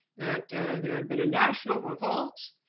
that there had been a national revolt,